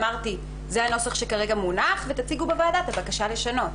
אמרתי זה הנוסח שכרגע מונח ותציגו בוועדה את הבקשה לשנות.